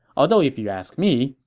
although if you ask me,